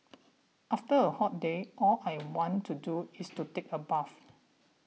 after a hot day all I want to do is to take a bath